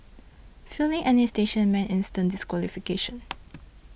failing any station meant instant disqualification